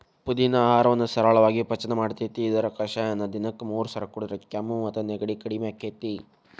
ಪುದಿನಾ ಆಹಾರವನ್ನ ಸರಳಾಗಿ ಪಚನ ಮಾಡ್ತೆತಿ, ಇದರ ಕಷಾಯನ ದಿನಕ್ಕ ಮೂರಸ ಕುಡದ್ರ ಕೆಮ್ಮು ಮತ್ತು ನೆಗಡಿ ಕಡಿಮಿ ಆಕ್ಕೆತಿ